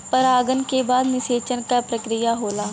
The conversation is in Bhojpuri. परागन के बाद निषेचन क प्रक्रिया होला